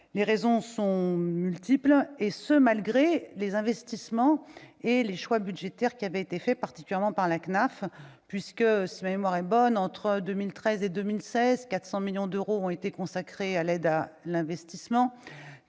Les raisons en sont multiples, malgré les investissements réalisés et les choix budgétaires opérés, particulièrement par la CNAF, puisque, si ma mémoire est bonne, entre 2013 et 2016, 400 millions d'euros ont été consacrés à l'aide à l'investissement